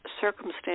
circumstance